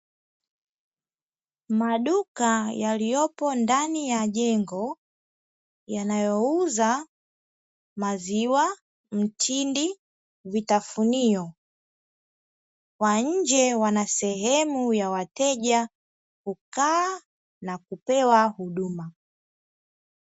Maduka yaliyopo ndani ya jengo, yanayouza, maziwa mtindi, vitafunio. Kwa nje wana sehemu ya wateja kukaa na kupewa huduma.